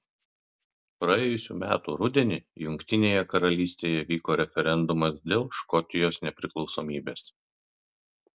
praėjusių metų rudenį jungtinėje karalystėje vyko referendumas dėl škotijos nepriklausomybės